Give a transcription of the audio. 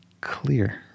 clear